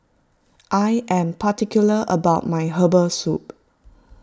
I am particular about my Herbal Soup